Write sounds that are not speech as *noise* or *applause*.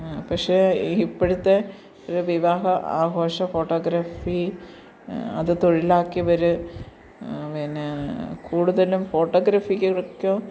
പക്ഷേ ഇ ഇപ്പോഴത്തെ ഒരു വിവാഹ ആഘോഷം ഫോട്ടോഗ്രാഫി അത് തൊഴിലാക്കിയവര് പിന്നെ കൂടുതലും ഫോട്ടോഗ്രാഫിക്ക് *unintelligible*